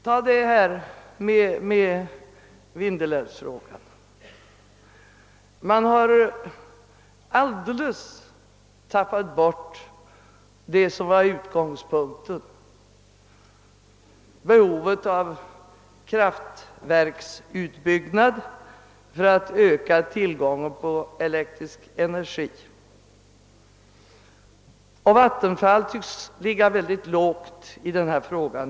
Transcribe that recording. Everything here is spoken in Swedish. Jag syftar på vindelälvsfrågan. Man har i detta sammanhang alldeles förlorat ur sikte utgångspunkten, d.v.s. behovet av kraftverksutbyggnad för att öka tillgången på elektrisk energi. Vattenfall tycks nu också ligga mycket lågt i denna fråga.